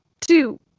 two